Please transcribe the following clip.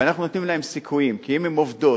ואנחנו נותנים להן סיכויים, כי אם הן עובדות,